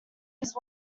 was